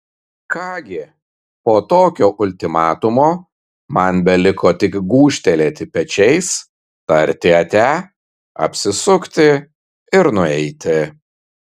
ką gi po tokio ultimatumo man beliko tik gūžtelėti pečiais tarti ate apsisukti ir nueiti